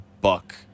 Buck